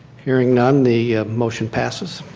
hearing none, the motion passes.